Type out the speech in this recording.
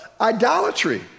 Idolatry